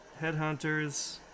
headhunters